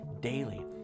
daily